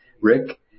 Rick